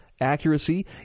accuracy